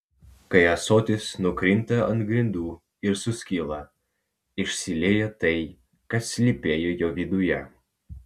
kai ąsotis nukrinta ant grindų ir suskyla išsilieja tai kas slypėjo jo viduje